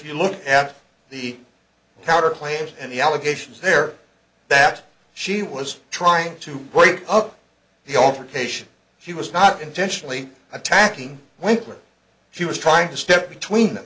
you look at the counter claims and the allegations there that she was trying to break up the over cation she was not intentionally attacking when she was trying to step between them